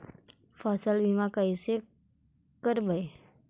फसल बीमा कैसे करबइ?